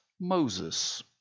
Moses